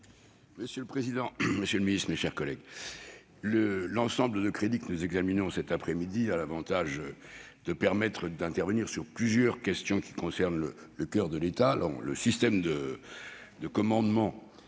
Monsieur le président, monsieur le ministre, mes chers collègues, l'ensemble des crédits que nous examinons cet après-midi me permet d'intervenir sur plusieurs questions qui concernent le coeur de l'État, le système de commandement